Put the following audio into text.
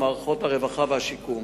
מערכות הרווחה והשיקום.